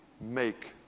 make